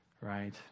right